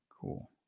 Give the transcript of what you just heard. cool